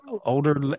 older